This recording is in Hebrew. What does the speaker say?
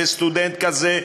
וסטודנט כזה,